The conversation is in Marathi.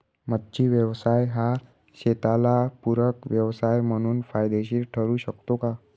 मच्छी व्यवसाय हा शेताला पूरक व्यवसाय म्हणून फायदेशीर ठरु शकतो का?